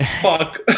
fuck